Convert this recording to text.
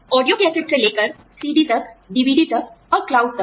audio cassette से लेकर CD तक डीवीडी तक और क्लाउड तक